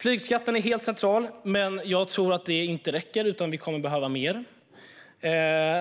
Flygskatten är helt central. Men jag tror att det inte räcker, utan vi kommer att behöva mer.